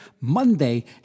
Monday